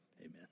Amen